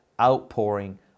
outpouring